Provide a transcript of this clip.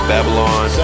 Babylon